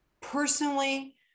personally